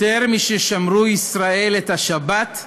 "יותר מששמרו ישראל את השבת,